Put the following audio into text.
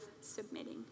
submitting